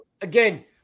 Again